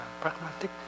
pragmatic